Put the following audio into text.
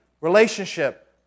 relationship